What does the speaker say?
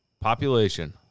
Population